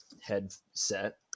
headset